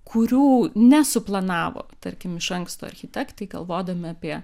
kurių nesuplanavo tarkim iš anksto architektai galvodami apie